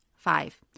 Five